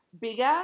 bigger